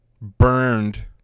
Burned